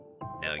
Now